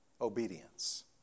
obedience